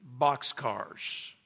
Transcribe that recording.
boxcars